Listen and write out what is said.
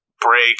break